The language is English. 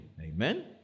Amen